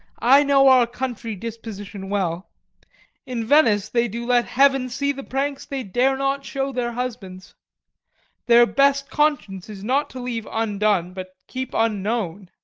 i know our country disposition well in venice they do let heaven see the pranks they dare not show their husbands their best conscience is not to leave undone, but keep unknown.